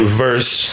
verse